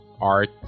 art